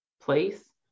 place